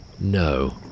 No